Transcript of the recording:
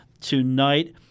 tonight